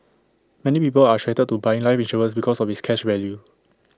many people are attracted to buying life insurance because of its cash value